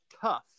tough